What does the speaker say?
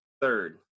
third